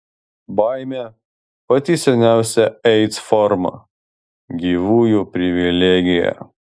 baimė pati seniausia aids forma gyvųjų privilegija